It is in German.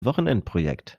wochenendprojekt